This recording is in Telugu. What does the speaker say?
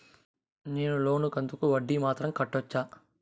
నేను లోను కంతుకు వడ్డీ మాత్రం కట్టొచ్చా?